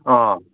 ꯑꯥ